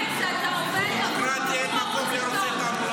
זה ערוץ פרטי.